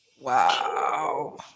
Wow